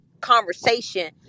conversation